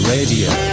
Radio